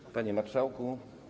Panie Marszałku!